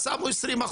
הסף הוא 20%,